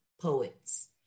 poets